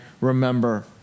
remember